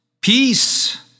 Peace